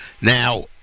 Now